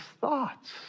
thoughts